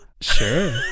Sure